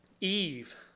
Eve